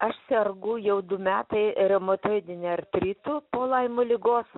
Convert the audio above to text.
aš sergu jau du metai reumotoidiniu artritu po laimo ligos